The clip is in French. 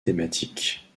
thématiques